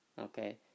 okay